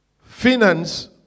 Finance